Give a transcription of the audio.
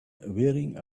wearing